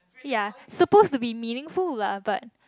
ya supposed to be meaningful lah but